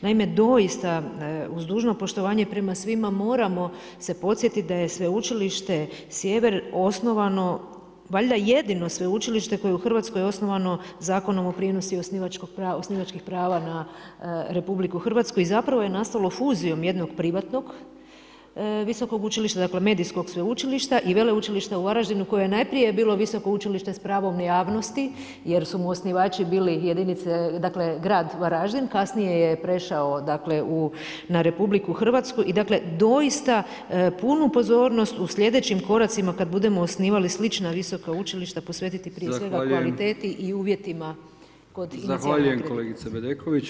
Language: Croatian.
Naime, doista, uz dužno poštovanje prema svima, moramo se podsjetit da je Sveučilište Sjever osnovano, valjda jedino sveučilište koje je u Hrvatskoj osnovano Zakonom o prijenosu osnivačkih prava na RH i zapravo je nastalo fuzijom jednog privatnog visokog učilišta, dakle Medijskog Sveučilišta i Veleučilišta u Varaždinu koje je najprije bilo visoko učilište s pravom javnosti, jer su mu osnivači bili jedince, dakle grad Varaždin, kasnije je prešao na RH i dakle doista punu pozornost u sljedećim koracima kad budemo osnivali slična visoka učilišta posvetiti prije svega kvaliteti i uvjetima kod